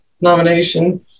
nomination